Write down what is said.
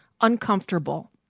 uncomfortable